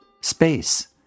space